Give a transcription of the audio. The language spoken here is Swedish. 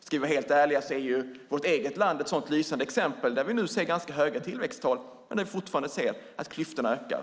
Ska vi vara helt ärliga är vårt eget land ett lysande exempel på detta; vi ser nu ganska höga tillväxttal, men vi ser också fortfarande att klyftorna växer.